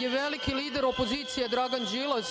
je veliki lider opozicije Dragan Đilas,